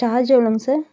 charge எவ்வளோங்க sir